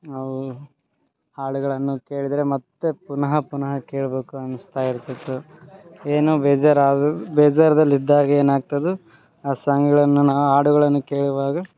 ಅವು ಹಾಡುಗಳನ್ನು ಕೇಳಿದರೆ ಮತ್ತು ಪುನಃ ಪುನಃ ಕೇಳಬೇಕು ಅನಿಸ್ತಾಇರ್ತಿತ್ತು ಏನೋ ಬೇಜಾರಾಗ್ ಬೇಜಾರ್ದಲ್ಲಿ ಇದ್ದಾಗ ಏನು ಆಗ್ತದೆ ಆ ಸಾಂಗಳನ್ನು ನಾ ಹಾಡುಗಳನ್ನು ಕೇಳುವಾಗ